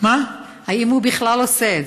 האם הוא בכלל עושה את זה?